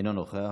אינו נוכח.